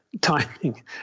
timing